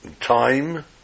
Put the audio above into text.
time